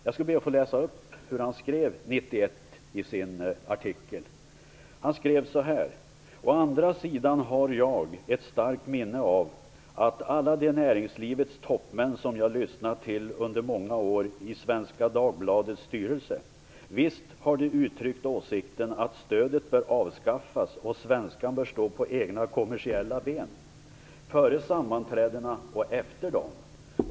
Jag skall be att få läsa upp hur han skrev 1991 i sin artikel. Han skrev så här: Å andra sidan har jag ett starkt minne av att alla de näringslivets toppmän som jag lyssnat till under många år i Svenska Dagbladets styrelse. Visst har de uttryckt åsikten att stödet bör avskaffas och att Svenskan bör stå på egna kommersiella ben före sammanträdena och efter dem.